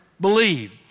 believe